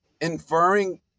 inferring